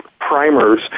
primers